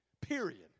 Period